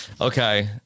Okay